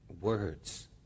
words